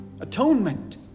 atonement